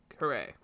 hooray